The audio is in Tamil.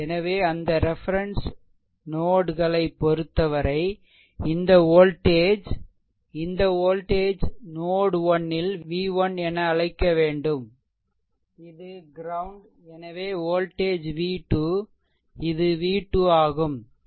எனவே அந்த ரெஃபெரென்ஸ் நோட் களைப் பொறுத்தவரை இந்த வோல்டேஜ் இந்த வோல்டேஜ் நோட் 1 இல்v1என அழைக்க வேண்டும் இது க்ரௌண்ட் எனவே வோல்டேஜ் v2 இது v2 ஆகும்